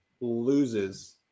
loses